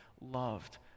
loved